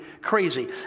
crazy